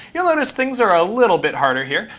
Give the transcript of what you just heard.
you'll notice things are a little bit harder here,